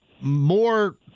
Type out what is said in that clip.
more